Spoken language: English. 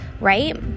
right